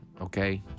Okay